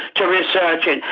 to research it,